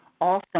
awesome